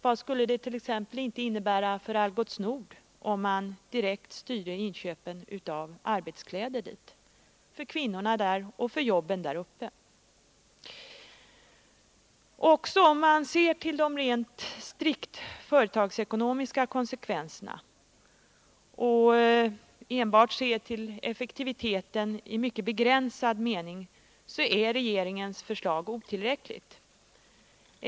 Vad skulle det t.ex. inte innebära rent samhällsekonomiskt om landsting och kommuner och statliga verk och myndigheter styrde inköpen av arbetskläder till företag som Algots Nord? Vad skulle inte det innebära för kvinnorna där och för jobben? Också om man ser till de strikt företagsekonomiska konsekvenserna och enbart ser till effektiviteten i mycket begränsad mening är regeringens förslag otillräckligt.